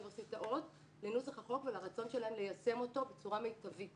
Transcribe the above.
האוניברסיטאות לנוסח החוק ולרצון שלהן ליישם אותו בצורה מיטבית,